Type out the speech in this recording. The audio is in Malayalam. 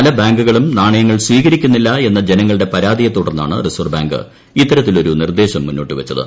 പല ബാങ്കുകളും നാണയങ്ങൾ സ്വീകരിക്കുന്നില്ല എന്ന ജനങ്ങളുടെ പരാതിയെ തുടർന്നാണ് റിസർവ്വ് ബാങ്ക് ഇത്തരത്തിലൊരു നിർദ്ദേശം മുന്നോട്ട് വച്ചത്